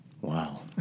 Wow